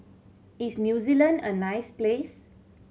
is New Zealand a nice place